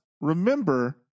remember